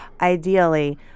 ideally